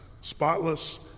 spotless